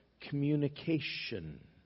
communication